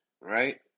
right